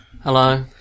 Hello